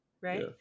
right